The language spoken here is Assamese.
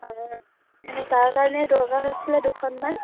অঁ তাৰ কাৰণে দৰকাৰ হৈছিলে দুখনমান